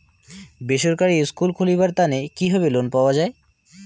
বেসরকারি স্কুল খুলিবার তানে কিভাবে লোন পাওয়া যায়?